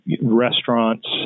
restaurants